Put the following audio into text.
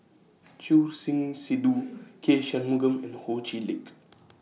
Choor Singh Sidhu K Shanmugam and Ho Chee Lick